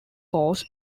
course